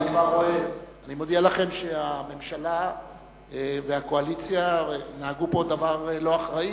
אני מודיע לכם שהממשלה והקואליציה נהגו פה דבר לא אחראי,